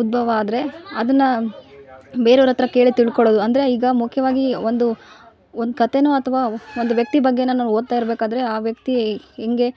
ಉದ್ಬವ ಆದರೆ ಅದನ್ನು ಬೇರೆಯವ್ರ ಹತ್ರ ಕೇಳಿ ತಿಳ್ಕೊಳ್ಳೋದು ಅಂದರೆ ಈಗ ಮುಖ್ಯವಾಗಿ ಒಂದು ಒಂದು ಕತೆ ಅಥ್ವ ಒಂದು ವ್ಯಕ್ತಿ ಬಗ್ಗೆನೆನಾರು ಓದ್ತ ಇರಬೇಕಾದ್ರೆ ಆ ವ್ಯಕ್ತಿ ಹೆಂಗೆ